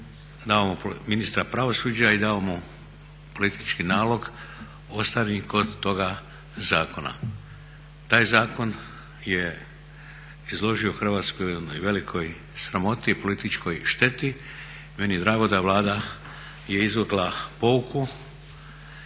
ministra pravosuđa i dao mu politički nalog ostani kod toga zakona. Taj zakon je izložio Hrvatsku velikoj sramoti i političkoj šteti. Meni je drago da je Vlada izvukla pouku